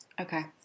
Okay